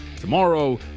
tomorrow